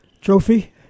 Trophy